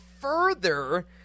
further